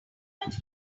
much